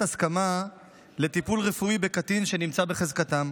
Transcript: הסכמה לטיפול רפואי בקטין שנמצא בחזקתם,